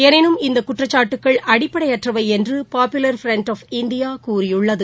எனினும் இந்தக் குற்றச்சாட்டுகள் அடிப்படையற்றவை என்று பாபுலர் ஃப்ரன்ட் ஆஃப் இந்தியா கூறியுள்ளது